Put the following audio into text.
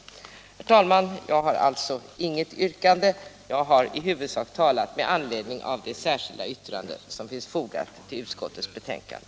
Herr talman! Jag har inget yrkande förutom bifallsyrkande till utskottets betänkande. Jag har i huvudsak talat med anledning av det särskilda yttrande nr 2 som finns fogat vid utskottets betänkande.